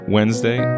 Wednesday